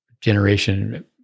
generation